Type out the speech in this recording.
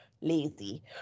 lazy